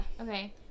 Okay